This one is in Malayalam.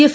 എഫ്